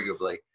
arguably